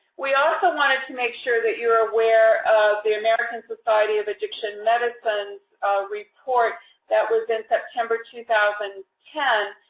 we also wanted to make sure that you're aware of the american society of addiction medicine report that was in september, two thousand and ten,